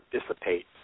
dissipate